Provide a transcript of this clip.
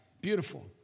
beautiful